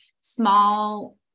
small